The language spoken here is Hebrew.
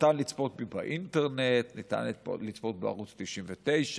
ניתן לצפות בי באינטרנט, ניתן לצפות בערוץ 99,